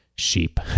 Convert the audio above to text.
Sheep